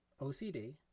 OCD